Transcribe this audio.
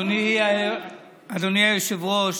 אדוני היושב-ראש,